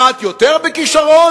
אחת יותר בכשרון,